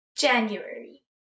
January